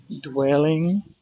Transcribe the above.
dwelling